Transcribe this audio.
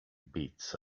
beats